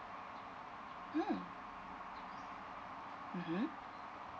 mm mmhmm